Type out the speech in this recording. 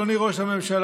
אדוני ראש הממשלה,